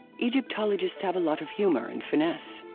egyptologists have a lot of humor and finesse.